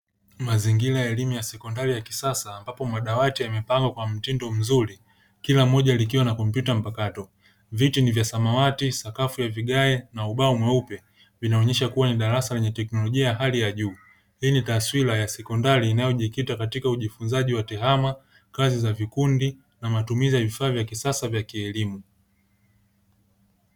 Mazingira ya elimu ya sekondari ya kisasa ambapo madawati yamepangwa kwa mtindo mzuri kila moja likiwa na kompyuta mpakato viti ni vya samawati, sakafu ya vigae na ubao mweupe vinaonyesha kuwa ni darasa lenye teknolojia ya hali ya juu, hii ni taswira ya sekondari inayojikita katika ujifunzaji wa tehama, kazi za vikundi na matumizi ya vifaa vya kisasa vya kielimu.